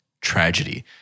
tragedy